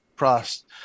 trust